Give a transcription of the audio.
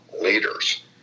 leaders